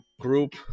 group